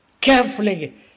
carefully